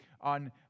on